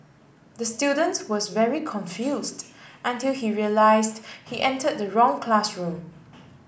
the student was very confused until he realised he enter the wrong classroom